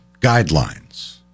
guidelines